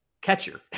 catcher